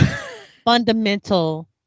fundamental